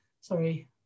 Sorry